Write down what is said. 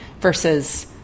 versus